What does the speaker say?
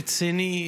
רציני,